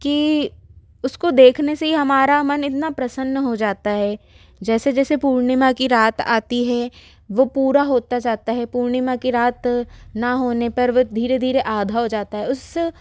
की उसको देखने से ही हमारा मन इतना प्रसन्न हो जाता है जैसे जैसे पूर्णिमा की रात आती है वो पूरा होता जाता है पूर्णिमा की रात न होने पर व धीरे धीरे आधा हो जाता है उस